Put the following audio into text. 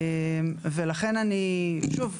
שוב,